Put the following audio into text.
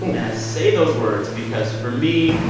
and i say those words because for me,